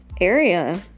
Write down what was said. area